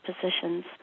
positions